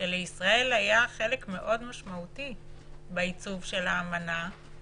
שלישראל היה חלק מאוד משמעותי בעיצוב של האמנה.